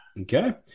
okay